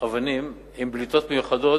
אבנים עם בליטות מיוחדות,